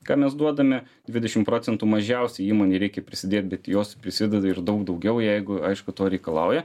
ką mes duodame dvidešim procentų mažiausiai įmonei reikia prisidėt bet jos prisideda ir daug daugiau jeigu aišku to reikalauja